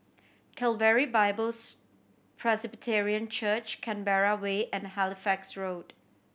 Calvary Bibles Presbyterian Church Canberra Way and Halifax Road